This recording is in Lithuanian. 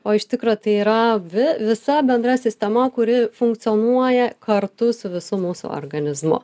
o iš tikro tai yra vi visa bendra sistema kuri funkcionuoja kartu su visu mūsų organizmu